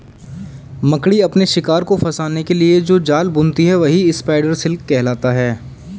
मकड़ी अपने शिकार को फंसाने के लिए जो जाल बुनती है वही स्पाइडर सिल्क कहलाता है